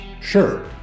Sure